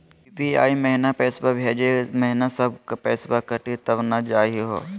UPI महिना पैसवा भेजै महिना सब पैसवा कटी त नै जाही हो?